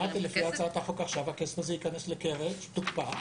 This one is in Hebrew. אבל אמרתי שלפי הצעת החוק עכשיו הכסף הזה ייכנס לקרן שתוקפא.